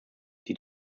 die